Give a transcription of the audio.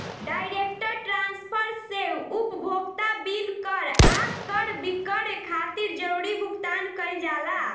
direct transfer से उपभोक्ता bill कर आ क्रय विक्रय खातिर जरूरी भुगतान कईल जाला